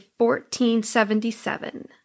1477